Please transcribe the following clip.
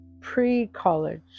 pre-college